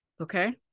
Okay